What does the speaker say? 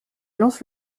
lances